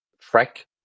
track